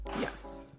Yes